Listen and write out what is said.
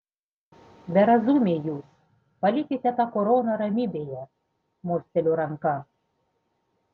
berazumiai jūs palikite tą koroną ramybėje mosteliu ranka